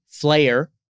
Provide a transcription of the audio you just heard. Flair